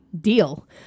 deal